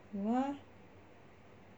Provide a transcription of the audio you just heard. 有啊